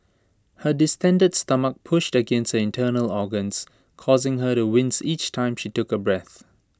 her distended stomach pushed against her internal organs causing her to wince each time she took A breath